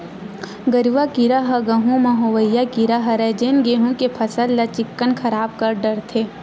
गरुआ कीरा ह गहूँ म होवइया कीरा हरय जेन गेहू के फसल ल चिक्कन खराब कर डरथे